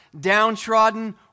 downtrodden